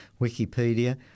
Wikipedia